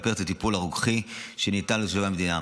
את הטיפול הרוקחי שניתן לתושבי המדינה.